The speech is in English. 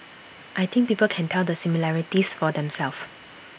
I think people can tell the similarities for themselves